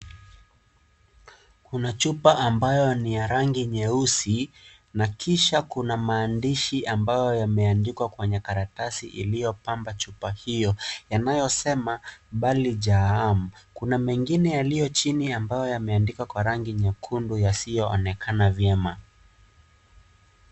kuna chupa ambayo ni ya rangi nyeusi, na kisha kuna maandishi ambayo yameandikwa kwenye karatasi iliyopamba ya chupa hiyo yanayosema bali jaam . Kuna mengine yaliyo chini yaliyoandikwa nyekundu yasiyoonekana vyema.